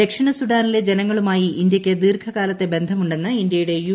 ദക്ഷിണ സുഡാനിലെ ജനങ്ങളുമായി ഇന്ത്യയ്ക്ക് ദീർഘകാലത്തെ ബന്ധമുണ്ടെന്ന് ഇന്ത്യയുടെ യു